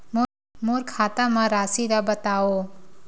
मोर खाता म राशि ल बताओ?